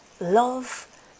love